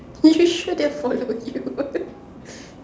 you sure they'll following you